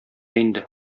инде